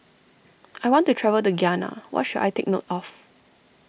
I want to travel to Ghana what should I take note of